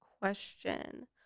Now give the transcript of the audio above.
question